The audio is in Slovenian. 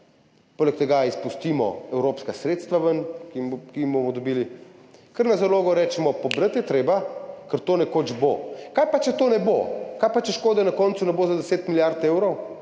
Poleg tega izpustimo ven evropska sredstva, ki jih bomo dobili, kar na zalogo rečemo, pobrati je treba, ker to nekoč bo. Kaj pa če tega ne bo? Kaj pa če škode na koncu ne bo za 10 milijard evrov,